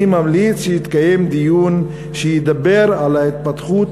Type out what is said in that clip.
אני ממליץ שיתקיים דיון שידבר על ההתפתחות